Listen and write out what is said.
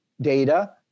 data